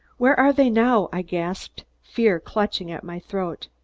where are they now? i gasped, fear clutching at my throat.